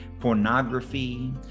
pornography